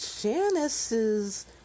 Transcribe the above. Janice's